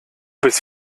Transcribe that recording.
bist